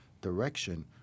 direction